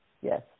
Yes